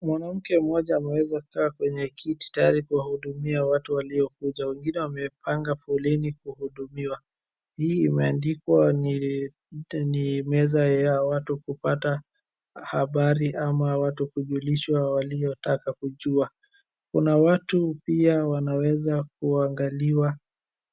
Mwanamke mmoja ameweza kukaa kwenye kiti tayari kuwahudumia watu waliokuja. Wengine wamepanga foleni kuhudumiwa. Hii imeandikwa ni meza ya watu kupata habari ama watu kujulishwa waliotaka kujua. Kuna watu pia wanaweza kuangaliwa.